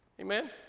Amen